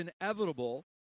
inevitable